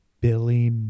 billy